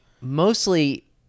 mostly